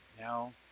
now